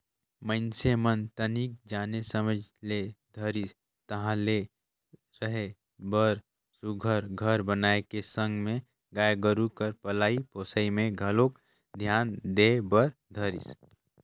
मइनसे मन तनिक जाने समझे ल धरिस ताहले रहें बर सुग्घर घर बनाए के संग में गाय गोरु कर पलई पोसई में घलोक धियान दे बर धरिस